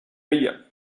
ella